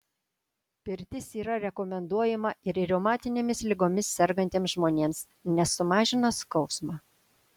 pirtis yra rekomenduojama ir reumatinėmis ligomis sergantiems žmonėms nes sumažina skausmą